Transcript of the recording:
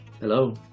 Hello